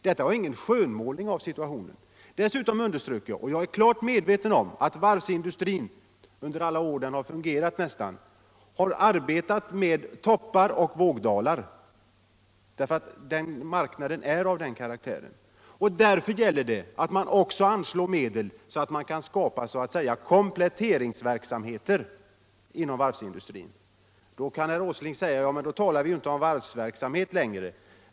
Detta var ingen skönmålning av situationen. Dessutom underströk jag att jag är klart medveten om att varvsindustrin under nästan alla år då den fungerat har arbetat med toppar och vågdalar, eftersom marknaden är av den karaktären. Därför gäller det att man också anslår medel så att kompletteringsaktiviteter kan skapas inom varvsindustrin. Då kan herr Åsling säga att vi inte talar om varvsverksamhet längre.